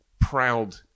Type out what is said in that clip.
proud